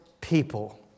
people